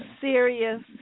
serious